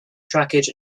trackage